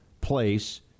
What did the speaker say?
place